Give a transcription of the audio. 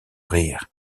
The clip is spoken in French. rire